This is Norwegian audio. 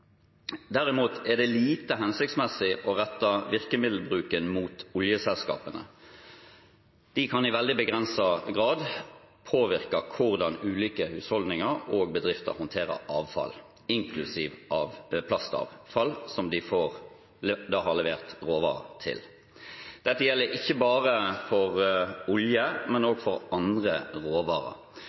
Derimot er det lite hensiktsmessig å rette virkemiddelbruken mot oljeselskapene. De kan i veldig begrenset grad påvirke hvordan ulike husholdninger og bedrifter håndterer avfall, inklusiv plastavfall som de har levert råvarer til. Det gjelder ikke bare for olje, men også for andre råvarer.